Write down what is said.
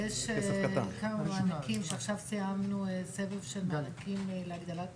עכשיו סיימנו סבב של מענקים להגדלת